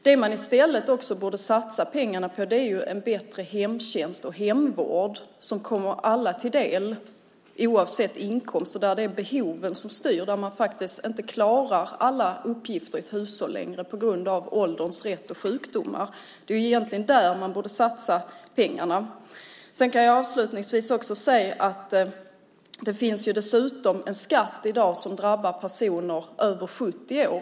Det man i stället borde satsa pengarna på är en bättre hemtjänst och hemvård som kommer alla till del, oavsett inkomst, och där det är behoven som styr, om man till exempel inte längre klarar alla uppgifter i hushållet på grund av åldern och sjukdomar. Det är egentligen där man borde satsa pengarna. Avslutningsvis kan jag säga att det dessutom finns en skatt i dag som drabbar personer över 70 år.